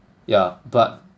yeah but